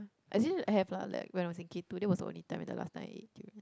actually have lah like when I was in K two that was the only time and last time that I ate durian